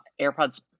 airpods